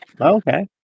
Okay